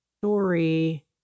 story